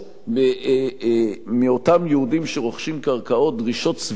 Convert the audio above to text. מאותם יהודים שרוכשים קרקעות דרישות סבירות שאפשר לעמוד בהן.